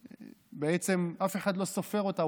שבעצם אף אחד לא סופר אותה,